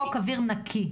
חוק אוויר נקי,